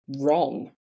wrong